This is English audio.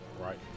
right